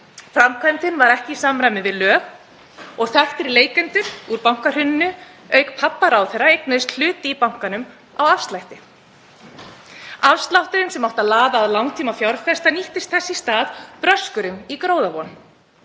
framkvæmdin var ekki í samræmi við lög og þekktir leikendur úr bankahruninu, auk pabba ráðherra, eignuðust hlut í bankanum á afslætti. Afslátturinn sem átti að laða að langtímafjárfesta nýttist þess í stað bröskurum í gróðavon.